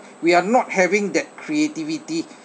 we are not having that creativity